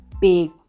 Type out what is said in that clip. big